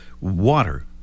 water